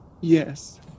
Yes